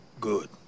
good